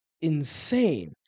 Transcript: insane